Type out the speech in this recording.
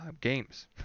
games